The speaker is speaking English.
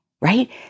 right